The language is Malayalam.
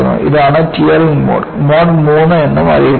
ഇതാണ് ടിയറിംഗ് മോഡ് മോഡ് III എന്നും അറിയപ്പെടുന്നു